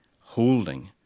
holding